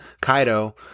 Kaido